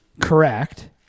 correct